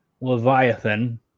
Leviathan